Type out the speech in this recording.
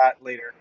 later